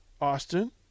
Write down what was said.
Austin